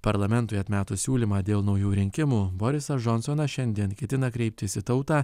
parlamentui atmetus siūlymą dėl naujų rinkimų borisas džonsonas šiandien ketina kreiptis į tautą